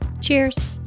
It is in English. Cheers